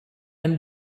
and